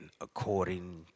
according